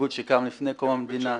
קיבוץ שקם לפני קום המדינה,